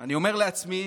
אני אומר לעצמי,